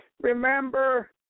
Remember